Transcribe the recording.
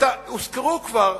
הוזכרה כבר